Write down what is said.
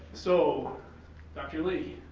so dr. lee,